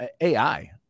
AI